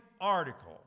article